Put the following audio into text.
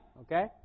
Okay